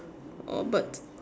oh but